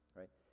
right